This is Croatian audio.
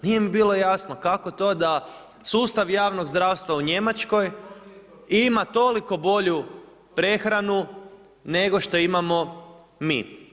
Nije mi bilo jasno kako to da sustav javnog zdravstva u Njemačkoj ima toliko bolju prehranu nego što imamo mi.